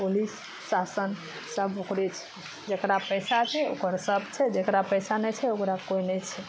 police शासन सब ओकरे छै जेकरा पैसा छै ओकर सब छै जेकरा पैसा नहि छै ओकरा कोइ नहि छै